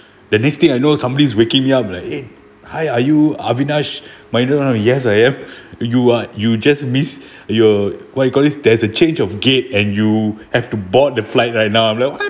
the next thing I know somebody's waking me up like eh hi are you avinash but you don't know yes I am you are you just miss your what you call this there's a change of gate and you have to board the flight right now